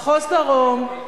מחוז דרום,